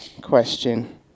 question